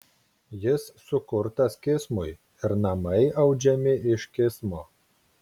jis sukurtas kismui ir namai audžiami iš kismo